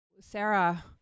Sarah